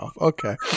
Okay